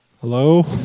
Hello